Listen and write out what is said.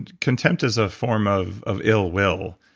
contempt is a form of of ill will,